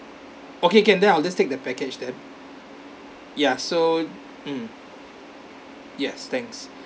okay can then I'll just take the package then ya so mm yes thanks